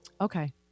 okay